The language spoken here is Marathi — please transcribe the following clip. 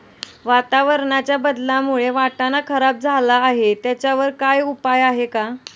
वातावरणाच्या बदलामुळे वाटाणा खराब झाला आहे त्याच्यावर काय उपाय आहे का?